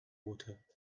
water